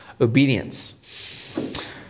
obedience